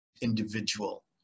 individual